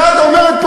כשאת אומרת,